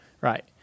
Right